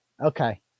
okay